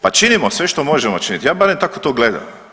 Pa činimo sve što možemo činiti, ja barem tako to gledam.